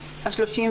אני מתכבד לפתוח את